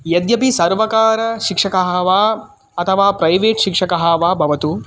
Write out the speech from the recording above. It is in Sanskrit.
यद्यपि सर्वकारशिक्षकाः वा अथवा प्रैवेट् शिक्षकः वा भवतु